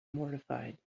mortified